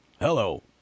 Hello